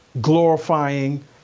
glorifying